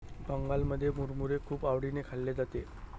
बंगालमध्ये मुरमुरे खूप आवडीने खाल्ले जाते